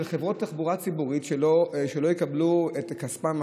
חברות תחבורה ציבורית שלא יקבלו את כספן,